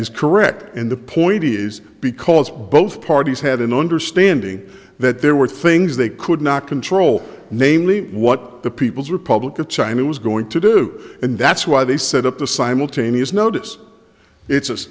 is correct and the point is because both parties had an understanding that there were things they could not control namely what the people's republic of china was going to do and that's why they set up the simultaneous notice it's